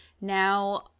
now